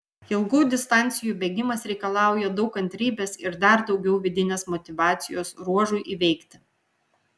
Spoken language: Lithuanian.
ilgų distancijų bėgimas reikalauja daug kantrybės ir dar daugiau vidinės motyvacijos ruožui įveikti